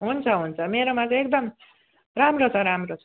हुन्छ हुन्छ मेरोमा चाहिँ एकदम राम्रो छ राम्रो छ